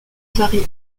varie